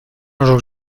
los